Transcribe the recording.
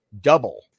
double